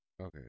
Okay